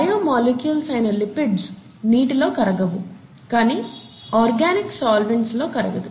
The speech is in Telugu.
బయో మాలిక్యూల్స్ అయిన లిపిడ్స్ నీటిలో కరగవు కానీ ఆర్గానిక్ సోలవెంట్స్ లో కరగదు